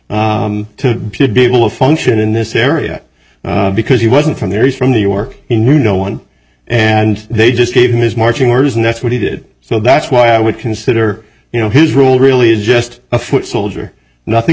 to be able to function in this area because he wasn't from there he's from new york he knew no one and they just gave him his marching orders and that's what he did so that's why i would consider you know his role really is just a foot soldier nothing